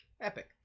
Epic